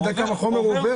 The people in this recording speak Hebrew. אתה יודע כמה חומר עובר?